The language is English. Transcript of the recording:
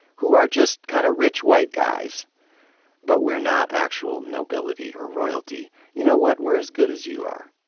who are just kind of rich white guys but we're not actual nobility or royalty, you know what? we're as good as you are.